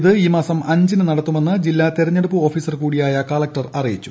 ഇത് ഈ മാസം അഞ്ചിന് നടത്തുമെന്ന് ജില്ലാ തെരഞ്ഞെടുപ്പ് ഓഫീസർ കൂടിയായ കളക്ടർ അറിയിച്ചു